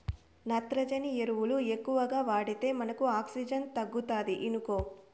నత్రజని ఎరువులు ఎక్కువగా వాడితే మనకు ఆక్సిజన్ తగ్గుతాది ఇనుకో